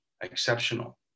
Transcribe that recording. exceptional